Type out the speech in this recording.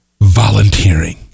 Volunteering